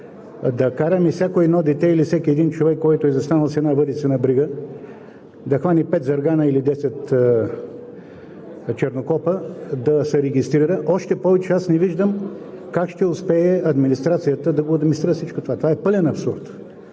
да караме всяко едно дете или всеки един човек, който е застанал с една въдица на брега да хване пет заргана или десет чернокопа, да се регистрира. Още повече аз не виждам как ще успее администрацията да го администрира всичко това?! Това е пълен абсурд.